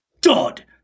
God